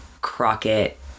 Crockett